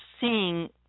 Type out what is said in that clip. seeing